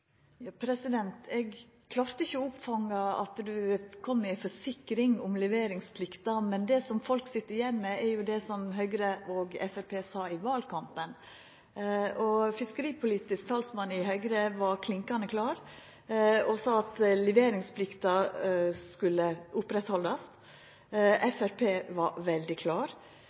Eg klarte ikkje å fanga opp at statsråden kom med ei forsikring om leveringsplikta, men det som folk sit igjen med, er det som Høgre og Framstegspartiet sa i valkampen. Fiskeripolitisk talsmann i Høgre var klinkande klar og sa at leveringsplikta skulle oppretthaldast, og Framstegspartiet var veldig klar.